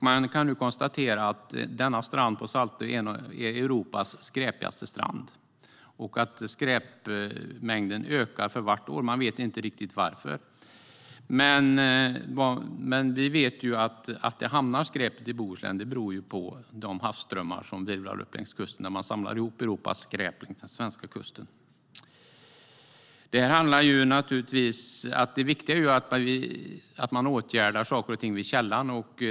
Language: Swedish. Man kan nu konstatera att stranden på Saltö är en av Europas skräpigaste och att skräpmängden ökar för varje år. Man vet inte riktigt varför, men vi vet att skräpet hamnar i Bohuslän därför att havsströmmarna virvlar upp och samlar ihop Europas skräp längs den svenska kusten. Det viktiga är att man åtgärdar saker och ting vid källan.